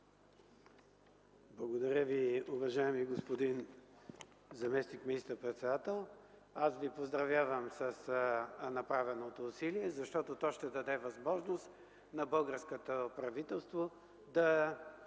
Благодаря Ви, уважаеми господин заместник министър-председател. Аз Ви поздравявам за направеното усилие, защото то ще даде възможност на българското правителство да